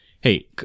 hey